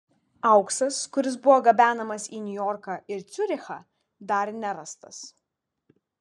auksas kuris buvo gabenamas į niujorką ir ciurichą dar nerastas